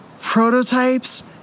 Prototypes